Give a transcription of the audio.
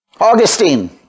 Augustine